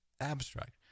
abstract